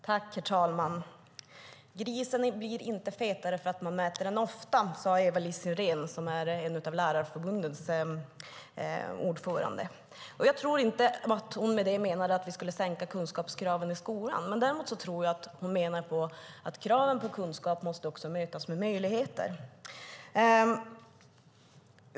Herr talman! Grisen blir inte fetare för att man mäter den ofta, sade Eva-Lis Sirén, som är förbundsordförande i Lärarförbundet. Jag tror inte att hon med det menade att vi skulle sänka kunskapskraven skolan. Däremot tror jag att hon menade att kraven på kunskap också måste mötas med möjligheter.